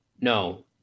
no